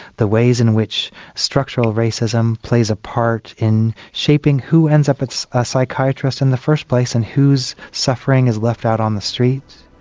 the ways in which structural racism plays a part in shaping who ends up with a psychiatrist in the first place and whose suffering is left out on the street.